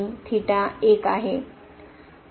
तर ते असे होईल